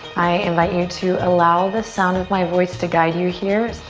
i invite you to allow the sound of my voice to guide you here.